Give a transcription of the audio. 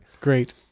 Great